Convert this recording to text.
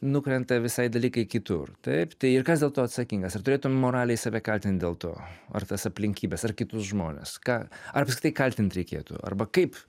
nukrenta visai dalykai kitur taip tai ir kas dėl to atsakingas ar turėtum moraliai save kaltinti dėl to ar tas aplinkybes ar kitus žmones ką ar visa tai kaltint reikėtų arba kaip